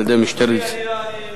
לא מפני שאני עומד פה ועומד מולכם,